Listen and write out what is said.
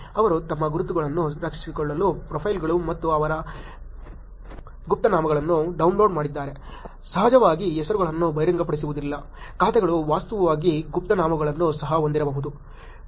ಅವರು ತಮ್ಮ ಗುರುತುಗಳನ್ನು ರಕ್ಷಿಸಲು ಪ್ರೊಫೈಲ್ಗಳು ಮತ್ತು ಅವರ ಗುಪ್ತನಾಮಗಳನ್ನು ಡೌನ್ಲೋಡ್ ಮಾಡಿದ್ದಾರೆ ಸಹಜವಾಗಿ ಹೆಸರುಗಳನ್ನು ಬಹಿರಂಗಪಡಿಸಲಾಗುವುದಿಲ್ಲ ಖಾತೆಗಳು ವಾಸ್ತವವಾಗಿ ಗುಪ್ತನಾಮಗಳನ್ನು ಸಹ ಹೊಂದಿರಬಹುದು